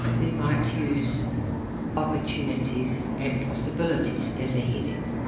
we might use opportunities and possibilities as a heading.